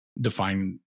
define